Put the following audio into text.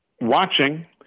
watching